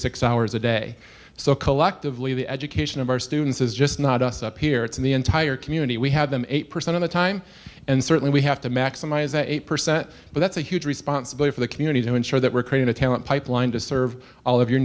six hours a day so collectively the education of our students is just not us up here it's the entire community we had them eight percent of the time and certainly we have to maximize that eight percent but that's a huge responsibility for the community to ensure that we're creating a talent pipeline to serve all of your